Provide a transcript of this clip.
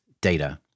data